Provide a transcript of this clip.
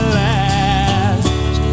last